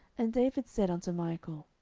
and david said unto michal,